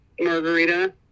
margarita